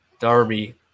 Darby